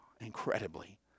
Incredibly